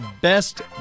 Best